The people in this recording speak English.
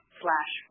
slash